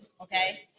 okay